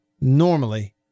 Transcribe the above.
normally